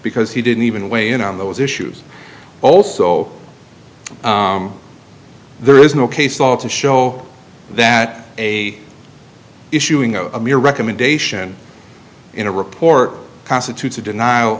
because he didn't even weigh in on those issues also there is no case law to show that a issuing a mere recommendation in a report constitutes a denial